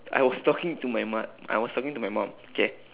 I was talking to my mu~ I was talking to my mum okay